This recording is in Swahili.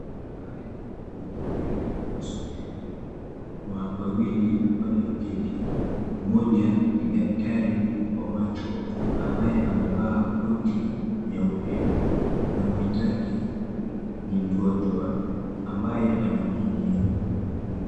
Haya ni mazingira ya hospitalini. Kuna watu wawili walioketi, mmoja ni daktari wa macho ambaye amevaa koti nyeupe na mwenzake ni mgonjwa ambaye anahudumiwa.